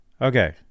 Okay